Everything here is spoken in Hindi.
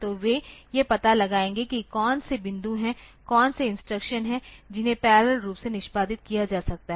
तो वे यह पता लगाएंगे कि कौन से बिंदु हैं कौन से इंस्ट्रक्शन हैं जिन्हें पैरेलल रूप से निष्पादित किया जा सकता है